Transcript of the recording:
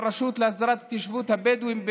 על הרשות להסדרת התיישבות הבדואים,